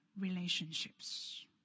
relationships